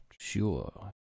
Sure